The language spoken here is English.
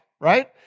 right